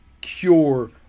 cure